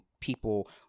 people